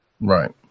right